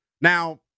Now